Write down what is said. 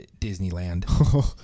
Disneyland